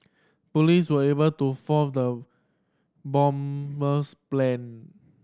police were able to foil the bomber's plan